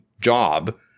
job